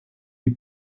die